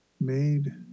made